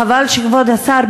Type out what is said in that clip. חבל שכבוד השר,